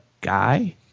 guy